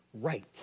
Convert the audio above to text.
right